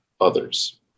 others